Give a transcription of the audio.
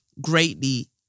greatly